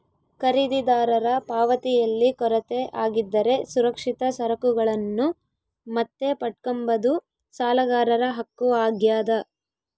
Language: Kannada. ಖರೀದಿದಾರರ ಪಾವತಿಯಲ್ಲಿ ಕೊರತೆ ಆಗಿದ್ದರೆ ಸುರಕ್ಷಿತ ಸರಕುಗಳನ್ನು ಮತ್ತೆ ಪಡ್ಕಂಬದು ಸಾಲಗಾರರ ಹಕ್ಕು ಆಗ್ಯಾದ